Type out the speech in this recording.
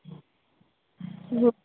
okay